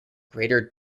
greater